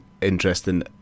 interesting